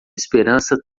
esperança